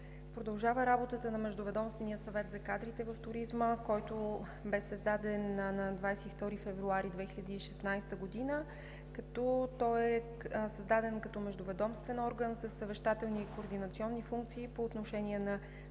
Продължава работата на Междуведомствения съвет за кадрите в туризма, който беше създаден на 22 февруари 2016 г. Той е създаден като междуведомствен орган със съвещателни и координационни функции по отношение на